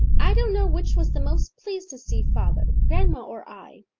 i don't know which was the most pleased to see father, grandma or i,